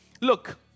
Look